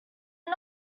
i’m